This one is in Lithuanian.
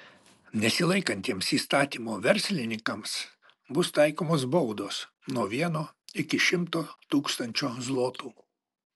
nesilaikantiems įstatymo verslininkams bus taikomos baudos nuo vieno iki šimto tūkstančio zlotų